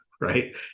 right